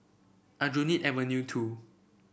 Aljunied Avenue Two